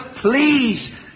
please